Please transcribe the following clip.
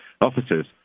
officers